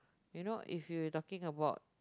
you know if you were talking about